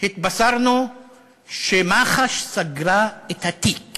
התבשרנו שמח"ש סגרה את התיק